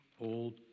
old